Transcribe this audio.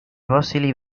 fossili